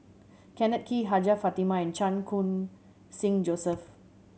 Kenneth Kee Hajjah Fatimah and Chan Khun Sing Joseph